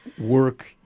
work